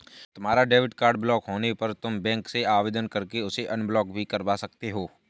तुम्हारा debit card block होने पर तुम बैंक से आवेदन करके उसे अनब्लॉक भी करवा सकते हो